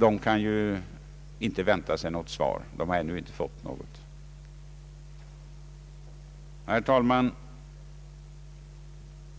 De kan ju inte vänta sig något svar. De har heller inte fått något. Herr talman!